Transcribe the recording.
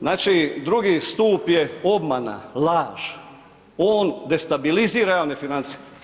Znači drugi stup je obmana, laž, on destabilizira javne financije.